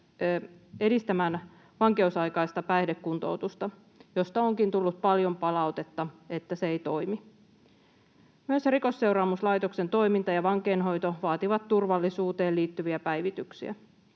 edistämään vankeusaikaista päihdekuntoutusta, josta onkin tullut paljon palautetta, että se ei toimi. Myös Rikosseuraamuslaitoksen toiminta ja vankeinhoito vaativat turvallisuuteen liittyviä päivityksiä.